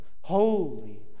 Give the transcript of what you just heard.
holy